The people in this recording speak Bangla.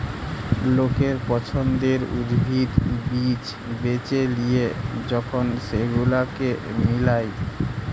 লোকের পছন্দের উদ্ভিদ, বীজ বেছে লিয়ে যখন সেগুলোকে মিলায়